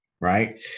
right